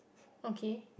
okay